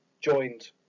joined